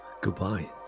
Goodbye